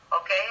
Okay